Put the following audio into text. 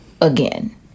again